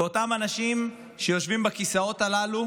ואותם אנשים שיושבים בכיסאות הללו